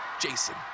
Jason